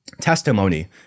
testimony